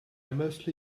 mostly